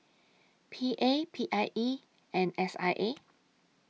P A P I E and S I A